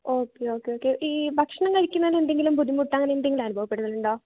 okay okay okay ഈ ഭക്ഷണം കഴിക്കുന്നതിന് എന്തെങ്കിലും ബുദ്ധിമുട്ട് അങ്ങനെ എന്തെങ്കിലും അനുഭവപ്പെടുന്നുണ്ടോ